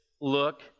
look